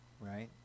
right